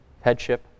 headship